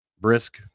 brisk